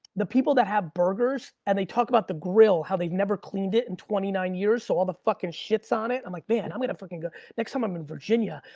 the people that have burgers, and they talk about the grill, how they've never cleaned it in twenty nine years. so, all the fucking shits on it, i'm like, man, i'm gonna fucking go next time i'm in virginia,